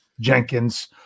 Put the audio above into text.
Jenkins